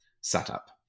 setup